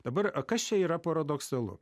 dabar kas čia yra paradoksalu